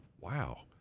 wow